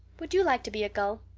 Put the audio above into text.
would you like to be a gull?